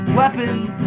weapons